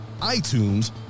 iTunes